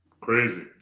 Crazy